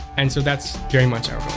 and so that's very much our role.